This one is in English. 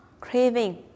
craving